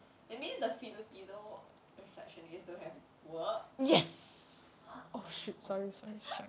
that means the filipino receptionist don't have work